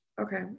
Okay